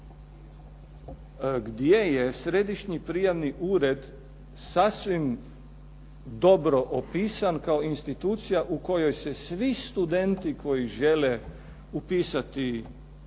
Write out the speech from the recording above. Gdje je središnji prijavni ured sasvim dobro opisan kao institucija u kojoj se svi studenti koji žele upisati u